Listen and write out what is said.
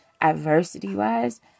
adversity-wise